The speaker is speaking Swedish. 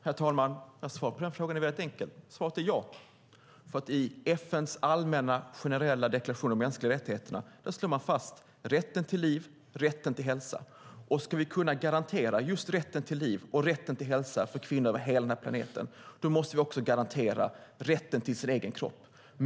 Herr talman! Svaret på den frågan är väldigt enkelt. Svaret är ja, därför att i FN:s allmänna generella deklaration om de mänskliga rättigheterna slår man fast rätten till liv, rätten till hälsa. Ska vi kunna garantera just rätten till liv och rätten till hälsa för kvinnor över hela den här planeten måste vi också garantera kvinnors rätt till sin egen kropp.